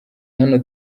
hano